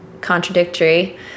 contradictory